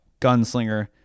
gunslinger